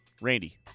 Randy